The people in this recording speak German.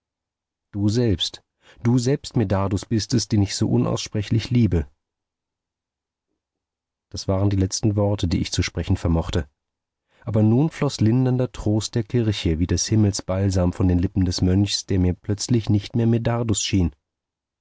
du selbst du selbst medardus bist es den ich so unaussprechlich liebe das waren die letzten worte die ich zu sprechen vermochte aber nun floß lindernder trost der kirche wie des himmels balsam von den lippen des mönchs der mir plötzlich nicht mehr medardus schien